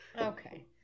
Okay